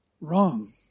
Wrong